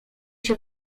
się